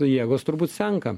jėgos turbūt senka